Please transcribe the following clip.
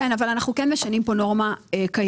כן, אבל אנחנו כן משנים פה נורמה קיימת.